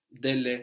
Delle